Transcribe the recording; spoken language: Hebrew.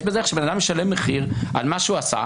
יש בזה ערך שבן אדם משלם מחיר על מה שהוא עשה.